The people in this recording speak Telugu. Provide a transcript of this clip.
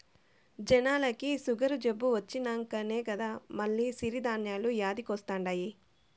జనాలకి సుగరు జబ్బు వచ్చినంకనే కదా మల్ల సిరి ధాన్యాలు యాదికొస్తండాయి